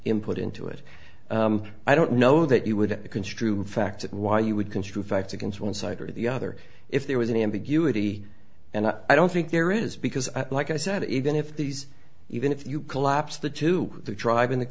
input into it i don't know that you would construe fact why you would construe facts against one side or the other if there was any ambiguity and i don't think there is because like i said even if these even if you collapse the two